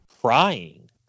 crying